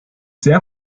sehr